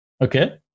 Okay